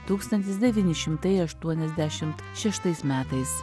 tūkstantis devyni šimtai aštuoniasdešimt šeštais metais